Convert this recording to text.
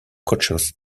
coaches